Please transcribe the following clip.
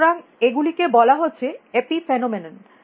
সুতরাং এগুলিকে বলা হচ্ছে এপিফেনোমেনন